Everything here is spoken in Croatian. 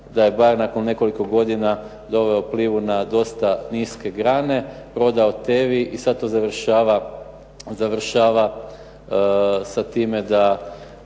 da je "Bar" nakon nekoliko godina doveo "Plivu" na dosta niske grane, prodao "Tevi" i sad to završava sa time da